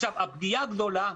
הפגיעה הגדולה,